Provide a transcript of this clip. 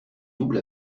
double